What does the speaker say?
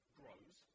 grows